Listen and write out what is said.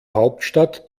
hauptstadt